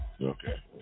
Okay